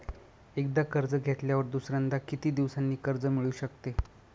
एकदा कर्ज घेतल्यावर दुसऱ्यांदा किती दिवसांनी कर्ज मिळू शकते?